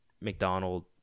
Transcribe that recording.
McDonald